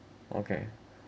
okay